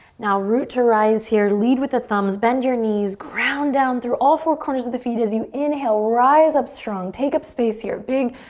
now root to rise here. lead with the thumbs, bend your knees, ground down through all four corners of the feet. as you inhale, rise up strong, take up space here. big,